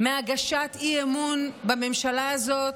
מהגשת אי-אמון בממשלה הזאת,